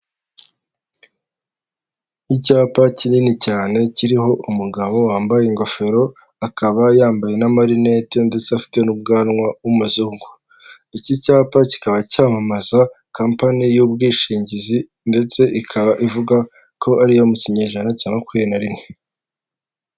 Icyapa kinini cyane kiriho umugabo wambaye ingofero, akaba yambaye n'amarinete ndetse afite n'ubwanwa w'umuzungu, iki cyapa kikaba cyamamaza kampani y'ubwishingizi ndetse ikaba ivuga ko ari iyo mu kinyejana cya makumyabiri na rimwe.